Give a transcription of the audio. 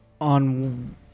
On